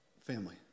Family